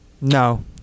No